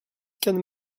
can